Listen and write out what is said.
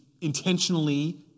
intentionally